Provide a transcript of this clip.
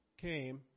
came